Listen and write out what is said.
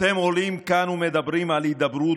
אתם עולים לכאן ומדברים על הידברות,